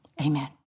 Amen